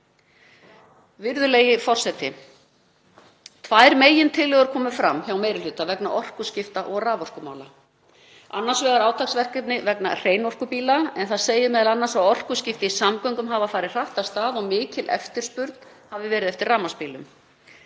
Virðulegi forseti. Tvær megintillögur komu fram hjá meiri hluta vegna orkuskipta og raforkumála, sú fyrri um átaksverkefni vegna hreinorkubíla. Í álitinu segir m.a. að orkuskipti í samgöngum hafi farið hratt af stað og að mikil eftirspurn hafi verið eftir rafmagnsbílum.